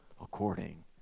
according